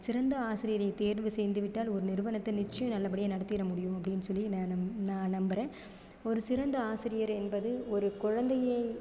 சிறந்த ஆசிரியரைத் தேர்வு செய்து விட்டால் ஒரு நிறுவனத்தை நிச்சயம் நல்லபடியாக நடத்திட முடியும் அப்படினு சொல்லி நான் நான் நம்பறேன் ஒரு சிறந்த ஆசிரியர் என்பது ஒரு குழந்தையை